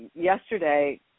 Yesterday